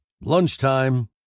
Lunchtime